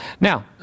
Now